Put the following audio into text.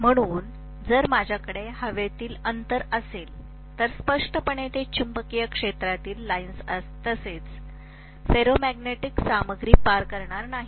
म्हणून जर माझ्याकडे हवेतील अंतर असेल तर स्पष्टपणे ते चुंबकीय क्षेत्रातील लाइन्स तसेच फेरोमॅग्नेटिक सामग्री पार करणार नाहीत